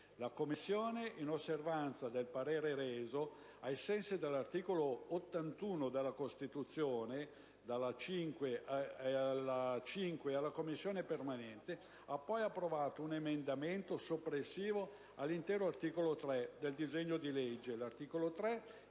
La Commissione, in osservanza del parere reso, ai sensi dell'articolo 81 della Costituzione, dalla 5a Commissione permanente, ha poi approvato un emendamento soppressivo dell'intero articolo 3 del disegno di legge.